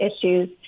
issues